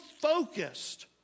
focused